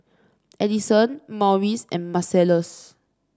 Addyson Marius and Marcellus